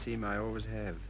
seem i always have